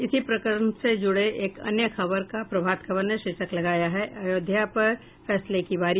इसी प्रकरण से जुड़े एक अन्य खबर का प्रभात खबर ने शीर्षक लगाया है अयोध्या पर फैसले की बारी